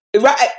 Right